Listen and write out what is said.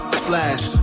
splash